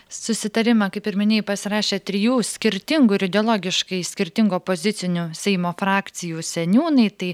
susitarimą kaip ir minėjai pasirašė trijų skirtingų ir ideologiškai skirtingų opozicinių seimo frakcijų seniūnai tai